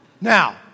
Now